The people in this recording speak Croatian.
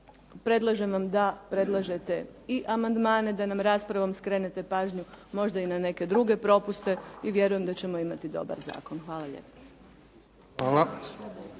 Predlažem vam da predlažete i amandmane, da nam raspravom skrenete pažnju možda i na neke druge propuste i vjerujem da ćemo imati dobar zakon. Hvala lijepa.